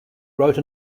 wrote